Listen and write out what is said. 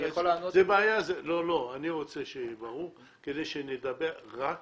אני רוצה שיהיה ברור כדי שנדבר רק